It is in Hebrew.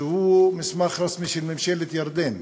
שהוא מסמך רשמי של ממשלת ירדן.